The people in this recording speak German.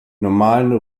normalen